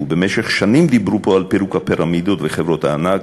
ובמשך שנים דיברו פה על פירוק הפירמידות וחברות הענק,